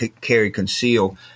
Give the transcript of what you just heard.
carry-conceal